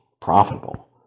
profitable